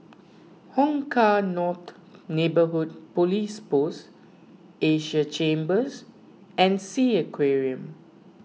Hong Kah North Neighbourhood Police Post Asia Chambers and Sea Aquarium